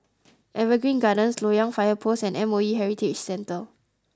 Evergreen Gardens Loyang Fire Post and M O E Heritage Centre